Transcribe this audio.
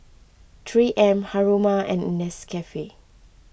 three M Haruma and Nescafe